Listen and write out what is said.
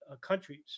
countries